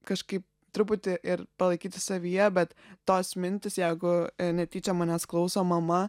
kažkaip truputį ir palaikyti savyje bet tos mintys jeigu netyčia manęs klauso mama